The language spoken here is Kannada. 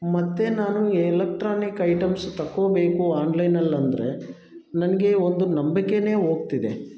ಮತ್ತೆ ನಾನು ಎಲೆಕ್ಟ್ರಾನಿಕ್ ಐಟಮ್ಸ್ ತಗೋಬೇಕು ಆನ್ಲೈನಲ್ಲಿ ಅಂದರೆ ನನಗೆ ಒಂದು ನಂಬಿಕೆನೇ ಹೋಗ್ತಿದೆ